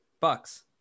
bucks